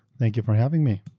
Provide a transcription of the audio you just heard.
thank you for having me.